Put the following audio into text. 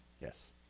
yes